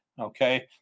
Okay